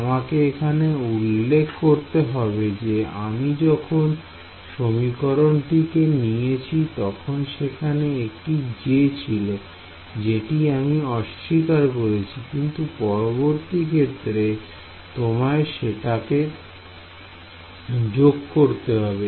আমাকে এখানে উল্লেখ করতে হবে যে আমি যখন সমীকরণটিকে নিয়েছি তখন সেখানে একটি j ছিল যেটি আমি অস্বীকার করেছি কিন্তু পরবর্তী ক্ষেত্রে তোমায় সেটা কি যোগ করতে হবে